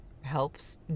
helps